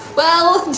well,